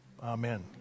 Amen